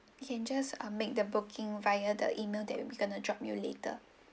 you can just um make the booking via the email that we gonna drop you later